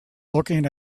looking